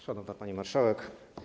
Szanowna Pani Marszałek!